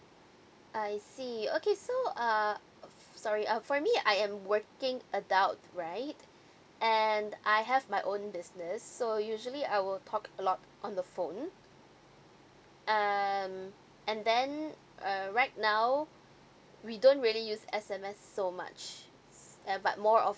I see okay so uh sorry uh for me I am working adult right and I have my own business so usually I will talk a lot on the phone um and then err right now we don't really use S_M_S so much uh but more of